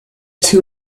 too